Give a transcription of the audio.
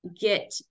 get